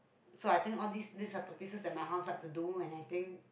so I think all this these practises that my house like to do when I think